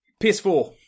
PS4